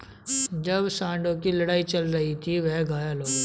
जब सांडों की लड़ाई चल रही थी, वह घायल हो गया